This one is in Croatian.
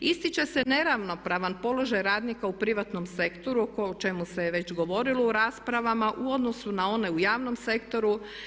Ističe se neravnopravan položaj radnika u privatnom sektoru o čemu se je već govorilo u raspravama u odnosu na one u javnom sektoru.